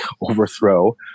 overthrow